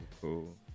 cool